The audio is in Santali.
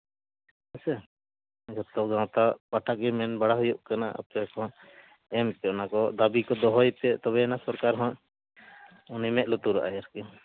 ᱦᱮᱸᱥᱮ ᱡᱚᱛᱚ ᱜᱟᱶᱛᱟ ᱯᱟᱦᱴᱟ ᱜᱮ ᱢᱮᱱ ᱵᱟᱲᱟ ᱦᱩᱭᱩᱜ ᱠᱟᱱᱟ ᱟᱯᱮ ᱠᱚ ᱮᱢ ᱯᱮ ᱚᱱᱟ ᱠᱚ ᱫᱟᱹᱵᱤ ᱠᱚ ᱫᱚᱦᱚᱭ ᱯᱮ ᱛᱚᱵᱮᱭᱮᱱᱟ ᱥᱚᱨᱠᱟᱨ ᱦᱚᱸᱭ ᱩᱱᱤᱭ ᱢᱮᱸᱫ ᱞᱩᱛᱩᱨᱟᱜᱼᱟᱭ ᱟᱨᱠᱤ